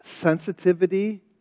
sensitivity